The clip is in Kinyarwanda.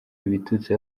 ibitutsi